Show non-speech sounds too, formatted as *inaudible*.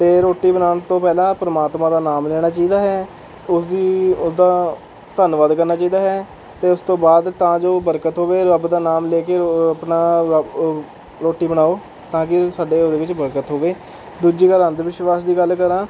ਅਤੇ ਰੋਟੀ ਬਣਾਉਣ ਤੋਂ ਪਹਿਲਾਂ ਪ੍ਰਮਾਤਮਾ ਦਾ ਨਾਮ ਲੈਣਾ ਚਾਹੀਦਾ ਹੈ ਉਸਦੀ ਉਸਦਾ ਧੰਨਵਾਦ ਕਰਨਾ ਚਾਹੀਦਾ ਹੈ ਅਤੇ ਉਸ ਤੋਂ ਬਾਅਦ ਤਾਂ ਜੋ ਬਰਕਤ ਹੋਵੇ ਰੱਬ ਦਾ ਨਾਮ ਲੈ ਕੇ ਆਪਣਾ *unintelligible* ਰੋਟੀ ਬਣਾਓ ਤਾਂ ਕਿ ਸਾਡੇ ਉਹਦੇ ਵਿੱਚ ਬਰਕਤ ਹੋਵੇ ਦੂਜੀ ਗੱਲ ਅੰਧਵਿਸ਼ਵਾਸ ਦੀ ਗੱਲ ਕਰਾਂ